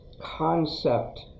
concept